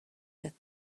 that